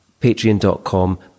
patreon.com